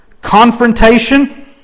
confrontation